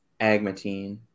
agmatine